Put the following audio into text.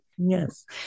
Yes